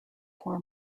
four